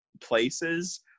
places